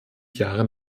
jahre